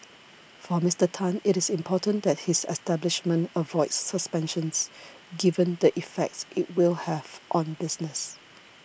for Mister Tan it is important that his establishment avoids suspensions given the effect it will have on business